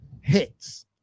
hits